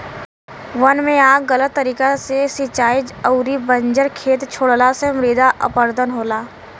वन में आग गलत तरीका से सिंचाई अउरी बंजर खेत छोड़ला से मृदा अपरदन होला